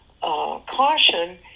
caution